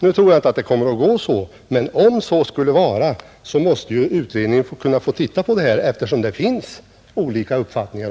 Nu tror jag inte att det inträffar, men om så skulle vara, måste en utredning kunna få studera saken, eftersom det föreligger så olika uppfattningar.